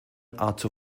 out